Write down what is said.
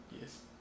Yes